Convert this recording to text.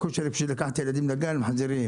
לקחת את הילדים לגן ולהחזיר.